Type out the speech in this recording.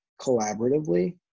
collaboratively